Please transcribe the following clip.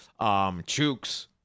Chooks